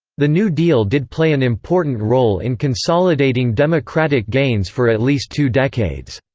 the new deal did play an important role in consolidating democratic gains for at least two decades